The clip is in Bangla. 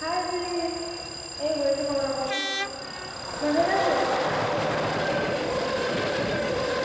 হ্যাঁ দিদি এই হয়েছে কোনরকমে আপনাদের গাছে